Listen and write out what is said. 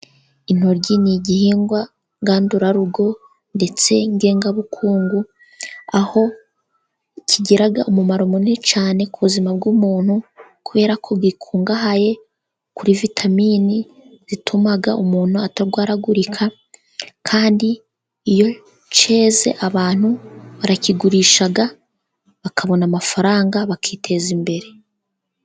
Intoryi ni igihingwa ngandurarugo ndetse ngengabukungu, aho kigira akamaro kanini cyane ku buzima bw'umuntu, kubera ko gikungahaye kuri vitaminini zituma umuntu atarwaragurika, kandi iyo cyeze abantu barakigurisha, bakabona amafaranga bakiteza imbere.